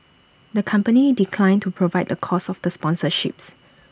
the company declined to provide the cost of the sponsorships